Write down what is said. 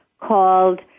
called